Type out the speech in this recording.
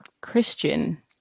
Christian